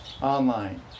online